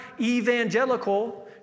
evangelical